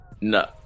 No